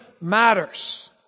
matters